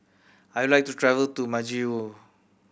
I would like to travel to Majuro